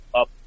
up